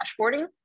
dashboarding